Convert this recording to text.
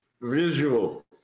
visual